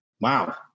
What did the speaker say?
wow